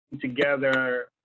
together